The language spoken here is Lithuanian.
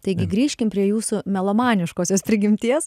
taigi grįžkim prie jūsų melomaniškosios prigimties